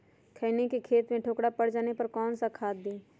खैनी के खेत में ठोकरा पर जाने पर कौन सा खाद दी?